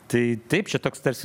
tai taip čia toks tarsi